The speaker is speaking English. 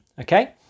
Okay